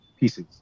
pieces